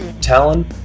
Talon